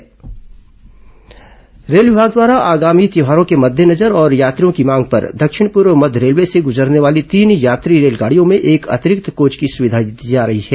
train अतिरिक्त coach rail विभाग द्वारा आगामी त्यौहारों के मद्देनजर और यात्रियों की मांग पर दक्षिण पूर्व मध्य रेलवे से गुजरने वाली तीन यात्री रेलगाडियों में एक अतिरिक्त कोच की सुविधा दी जा रही है